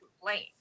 complain